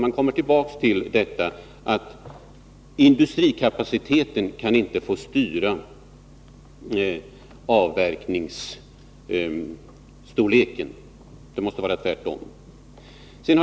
Man kommer tillbaka till det faktum att industrikapaciteten inte kan få styra avverkningens storlek. Det måste vara tvärtom.